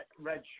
redshirt